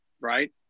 Right